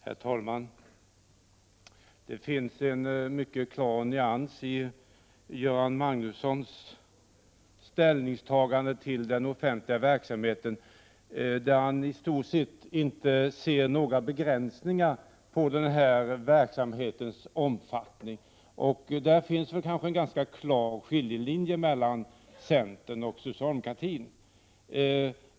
Herr talman! Det finns en mycket klar nyans i Göran Magnussons ställningstagande till den offentliga verksamheten. Han ser i stort sett inte några begränsningar för den här verksamhetens omfattning. Det finns där en ganska klar skiljelinje mellan centern och socialdemokratin.